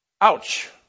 Ouch